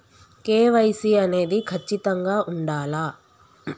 KYC అనేది ఖచ్చితంగా ఉండాలా?